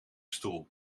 stoel